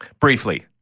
briefly